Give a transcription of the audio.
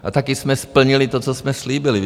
A taky jsme splnili to, co jsme slíbili.